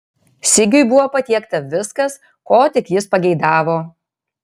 sigiui buvo patiekta viskas ko tik jis pageidavo